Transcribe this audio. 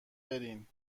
برین